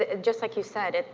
ah just like you said,